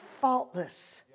faultless